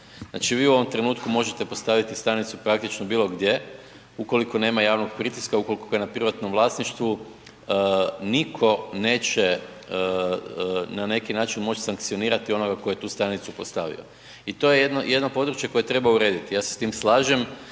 Znači vi u ovom trenutku možete postaviti stanicu praktično bilo gdje ukoliko nema javnog pritiska, ukoliko ga na privatnom vlasništvu nitko neće na neki način moći sankcionirati onoga tko je tu stanicu postavio. I to je jedno područje koje treba urediti. Ja se s tim slažem